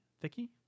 thicky